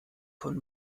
von